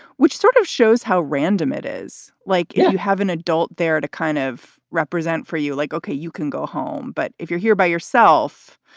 which sort of shows how random it is like if you have an adult there to kind of represent for you, like, ok, you can go home. but if you're here by yourself,